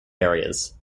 areas